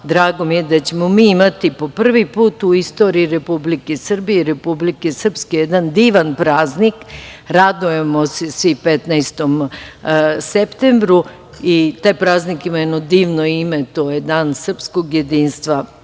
nama. Drago mi je da ćemo mi imati po prvi put u istoriji Republike Srbije i Republike Srpske jedan divan praznik. Radujemo se svi 15. septembru. Taj praznik ima jedno divno ime, to je Dan srpskog jedinstva,